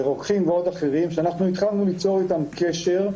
רוקחים ואחרים שאנחנו התחלנו ליצור איתם קשר,